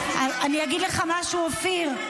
אני אגיד לך משהו, אופיר.